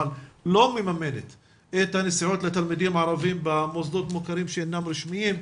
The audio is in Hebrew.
אבל לא מממנת את הנסיעות לתלמידים ערבים במוסדות מוכרים שאינם רשמיים,